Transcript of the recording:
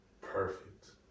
perfect